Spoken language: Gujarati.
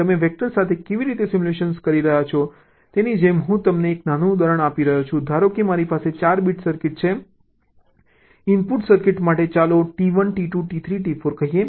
તમે ટેસ્ટ વેક્ટર સાથે કેવી રીતે સિમ્યુલેટ કરી રહ્યાં છો તેની જેમ હું તમને એક નાનું ઉદાહરણ આપી રહ્યો છું ધારો કે મારી પાસે 4 બીટ સર્કિટ છે ઇનપુટ સર્કિટ માટે ચાલો T1 T2 T3 T4 કહીએ